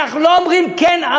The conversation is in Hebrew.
אנחנו לא אומרים: כן,